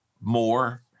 more